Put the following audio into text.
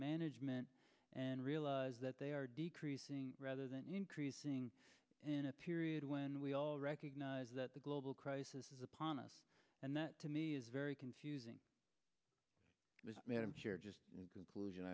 management and realize that they are decreasing rather than increasing in a period when we all recognize that the global crisis is upon us and that to me is very confusing i'm sure just conclusion